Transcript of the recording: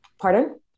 pardon